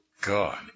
God